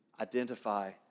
identify